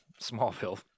Smallville